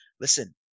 listen